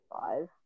five